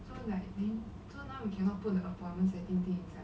you cannot put on saturday